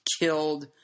killed